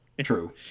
True